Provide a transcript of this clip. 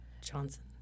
Johnson